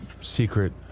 secret